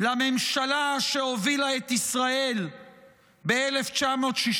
לממשלה שהובילה את ישראל ב-1967?